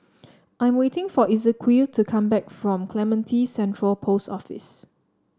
I'm waiting for Ezequiel to come back from Clementi Central Post Office